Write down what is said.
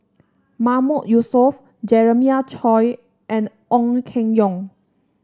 Mahmood Yusof Jeremiah Choy and Ong Keng Yong